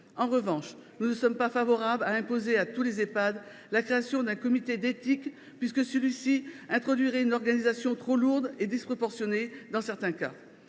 En revanche, nous ne sommes pas favorables à imposer à tous les Ehpad la création d’un comité d’éthique, puisque cela introduirait une organisation trop lourde et, dans certains cas,